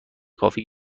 کافی